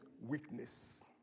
weakness